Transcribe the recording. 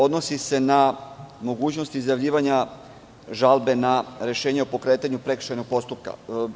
Odnosi se na mogućnost izjavljivanja žalbe na rešenje o pokretanju prekršajnog postupka.